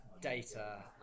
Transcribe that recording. data